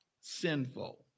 sinful